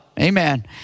Amen